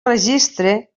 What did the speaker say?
registre